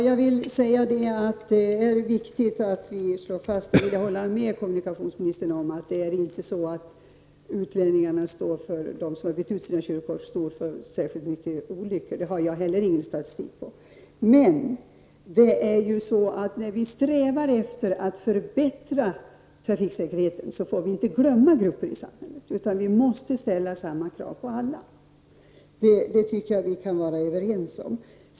Fru talman! Jag håller med kommunikationsministern om att det är viktigt att slå fast att de utlänningar som har fått sina körkort utbytta inte står för särskilt många olyckor. Det finns det inte heller någon statistik över. Men när vi strävar efter att förbättra trafiksäkerheten får vi inte glömma grupper i samhället, utan vi måste ställa samma krav på alla. Det tycker jag att vi kan vara överens om.